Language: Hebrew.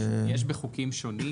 יש בחוקים שונים,